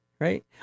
Right